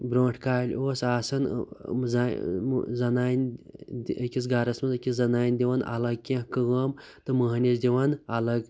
برٛونٛٹھ کالہِ اوس آسان زَنہِ زَنانہِ أکِس گَرَس منٛز أکِس زَنانہِ دِوان اَلَگ کیٚنٛہہ کٲم تہٕ مۅہنِس دِوان اَلَگ